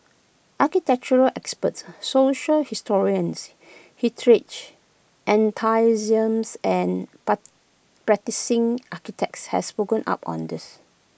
architectural experts social historians heritage enthusiasts and practising architects have spoken up on this